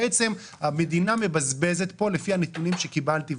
בעצם המדינה מבזבזת פה לפי הנתונים שקיבלתי,